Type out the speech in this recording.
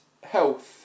health